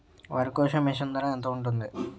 వరి కోసే మిషన్ ధర ఎంత ఉంటుంది?